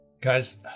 Guys